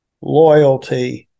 loyalty